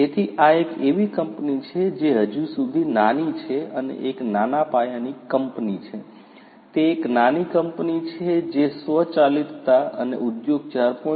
તેથી આ એક એવી કંપની છે જે હજી સુધી નાની અને એક નાના પાયા ની કંપની છે તે એક નાની કંપની છે જે સ્વચાલિતતા અને ઉદ્યોગ 4